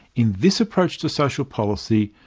in this approach to social policy,